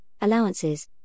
allowances